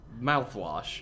mouthwash